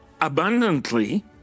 abundantly